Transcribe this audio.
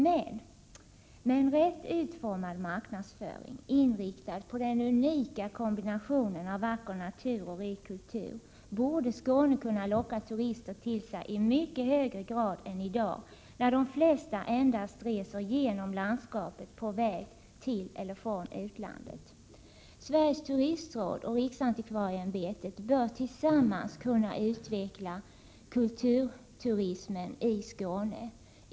Men, med en riktigt utformad marknadsföring, inriktad på den unika kombinationen av vacker natur och rik kultur, borde Skåne kunna locka turister till sig i mycket högre grad än i dag, när de flesta endast reser genom landskapet på väg till eller från utlandet. Sveriges turistråd och riksantikvarieämbetet bör tillsammans kunna utveckla kulturturismen i Skåne.